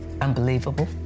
unbelievable